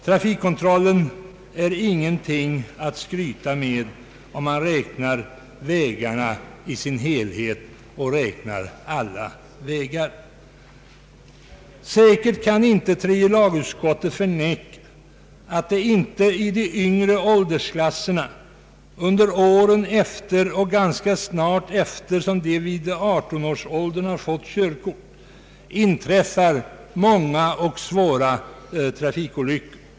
Trafikövervakningen är ingenting att skryta med, om man räknar vägarna i deras helhet och räknar alla vägar. Tredje lagutskottet kan säkert inte förneka att det bland förarna i de yngre åldersklasserna under åren närmast efter det då de vid 18 års ålder har fått körkort inträffar många och svåra trafikolyckor.